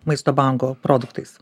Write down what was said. maisto banko produktais